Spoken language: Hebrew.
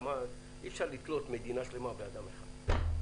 אי אפשר לתלות מדינה שלמה באדם אחד.